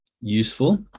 useful